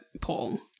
Paul